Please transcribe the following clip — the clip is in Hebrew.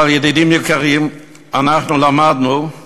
אבל, ידידים יקרים, אנחנו למדנו את